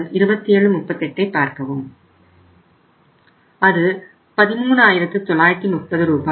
அது 13930 ரூபாய்